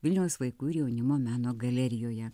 vilniaus vaikų ir jaunimo meno galerijoje